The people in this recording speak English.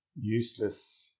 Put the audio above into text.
useless